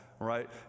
Right